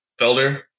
Felder